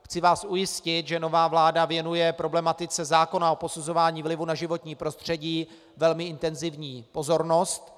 Chci vás ujistit, že nová vláda věnuje problematice zákona o posuzování vlivu na životní prostředí velmi intenzivní pozornost.